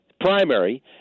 primary